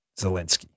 Zelensky